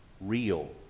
real